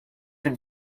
been